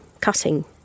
cutting